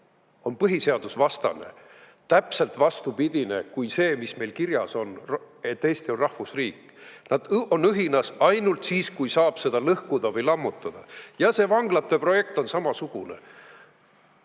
on põhiseadusvastane, täpselt vastupidine kui see, mis meil kirjas on, et Eesti on rahvusriik. Nad on õhinas ainult siis, kui saab seda lõhkuda või lammutada. Ja see vanglate projekt on samasugune.